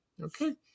Okay